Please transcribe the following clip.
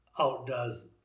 outdoes